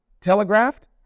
telegraphed